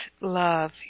love